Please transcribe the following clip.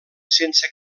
sense